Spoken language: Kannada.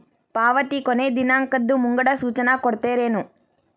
ಪಾವತಿ ಕೊನೆ ದಿನಾಂಕದ್ದು ಮುಂಗಡ ಸೂಚನಾ ಕೊಡ್ತೇರೇನು?